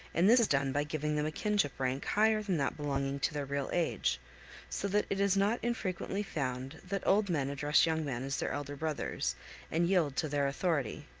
and this is done by giving them a kinship rank higher than that belonging to their real age so that it is not infrequently found that old men address young men as their elder brothers and yield to their authority.